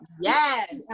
yes